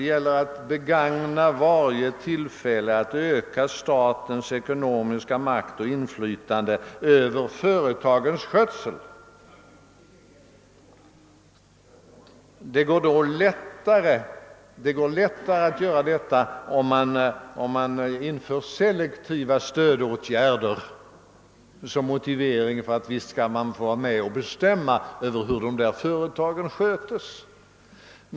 Det gäller att begagna varje tillfälle att öka statens ekonomiska makt och inflytande över företagens skötsel. Det går lättare att göra detta om man inför selektiva stödåtgärder som motivering för att man skall få vara med om att bestämma över företagens skötsel.